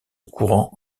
courant